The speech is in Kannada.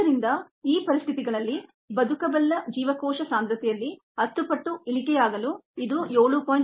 ಆದ್ದರಿಂದ ಈ ಪರಿಸ್ಥಿತಿಗಳಲ್ಲಿ ವ್ಯೆಯಬಲ್ ಸೆಲ್ ಕಾನ್ಸಂಟ್ರೇಶನ್ 10 ಪಟ್ಟು ಇಳಿಕೆಯಾಗಲು ಇದು 7